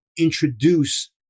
Introduce